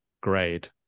grade